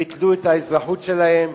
ביטלו את האזרחות שלהם,